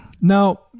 Now